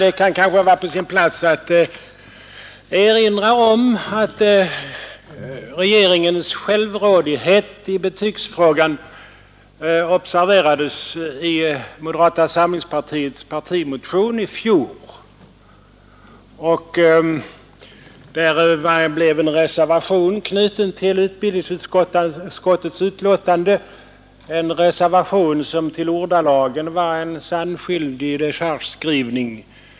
Det kan kanske vara på sin plats att erinra om att regeringens självrådighet i betygsfrågan observerades i moderata samlingspartiets partimotion i fjol Vi fogade en reservation vid utbildningsutskottets betänkande — en reservation som till ordalagen var en sannskyldig dechargeskrivning.